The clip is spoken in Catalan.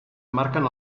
marquen